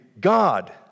God